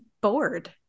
bored